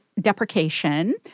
deprecation